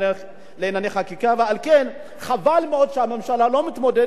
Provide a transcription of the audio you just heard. לכן חבל מאוד שהממשלה לא מתמודדת באמת בצורה